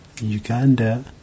Uganda